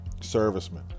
servicemen